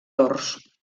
dors